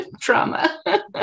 trauma